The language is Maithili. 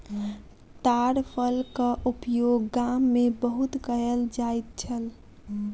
ताड़ फलक उपयोग गाम में बहुत कयल जाइत छल